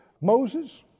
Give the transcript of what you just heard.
Moses